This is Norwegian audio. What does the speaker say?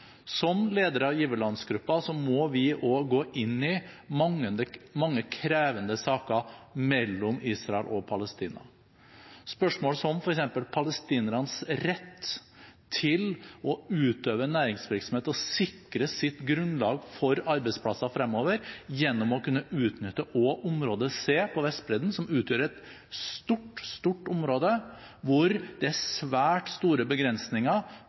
Som leder av giverlandsgruppen må vi også gå inn i mange krevende saker mellom Israel og Palestina, spørsmål som f.eks. palestinernes rett til å utøve næringsvirksomhet og sikre sitt grunnlag for arbeidsplasser fremover gjennom å kunne utnytte også område C på Vestbredden, som utgjør et stort, stort område hvor det er svært store begrensninger